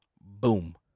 Boom